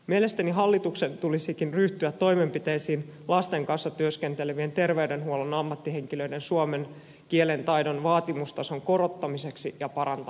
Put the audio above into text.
mielestäni hallituksen tulisikin ryhtyä toimenpiteisiin lasten kanssa työskentelevien terveydenhuollon ammattihenkilöiden suomen kielen taidon vaatimustason korottamiseksi ja parantamiseksi